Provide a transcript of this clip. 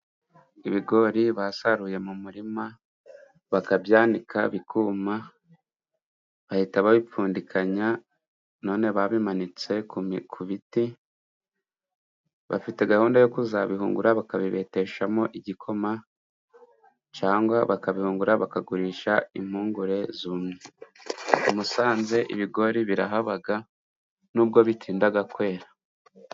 Ibigori basaruye mu murima bakabyanika bikuma, bagahita babipfundikanya, none babimanitse ku biti, bafite gahunda yo kuzabihura bakabibeteshamo igikoma, cangwa bakabihungura bakagurisha impungure zumye. I Musanze ibigori birahabaga n'ubwo bitindaga kwera.